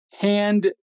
Hand